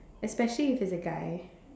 especially is there a guy